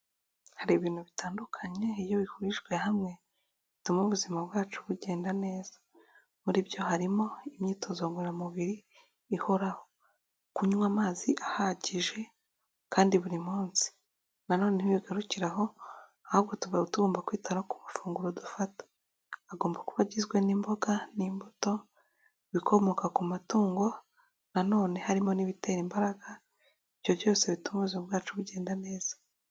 Hari ibintu bitandukanye iyo bihurijwe hamwe bituma ubuzima bwacu bugenda neza. Muri byo harimo imyitozo ngororamubiri ihoraho kunywa amazi ahagije kandi buri munsi. Na none ntibigarukira aho ahubwo tuba tugomba kwita ku mafunguro dufata agomba kuba agizwe n'imboga n'imbuto bikomoka ku matungo na none harimo n'ibitera imbaraga ibyo byose bituma ubuzima bwacu bigenda neza.